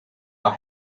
are